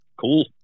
Cool